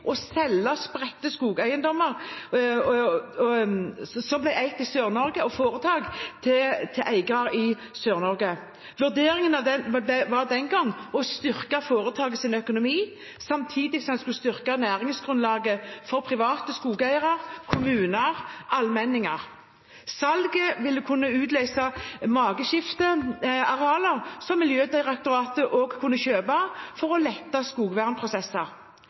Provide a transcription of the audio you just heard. selge spredte skogeiendommer som foretaket eide fra før i Sør-Norge. Vurderingen var den gang å styrke foretakets økonomi, samtidig som en skulle styrke næringsgrunnlaget for private skogeiere, kommuner og allmenninger. Salget ville kunne utløse makeskiftearealer, som Miljødirektoratet kunne kjøpe for å lette skogvernprosesser.